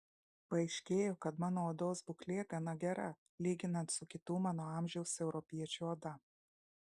paaiškėjo kad mano odos būklė gana gera lyginant su kitų mano amžiaus europiečių oda